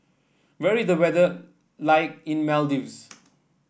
where is the weather like in Maldives